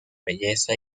belleza